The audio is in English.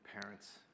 parents